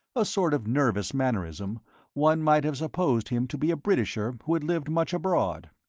a sort of nervous mannerism one might have supposed him to be a britisher who had lived much abroad.